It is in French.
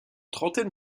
trentaine